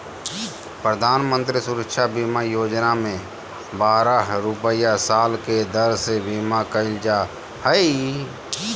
प्रधानमंत्री सुरक्षा बीमा योजना में बारह रुपया साल के दर से बीमा कईल जा हइ